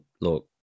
look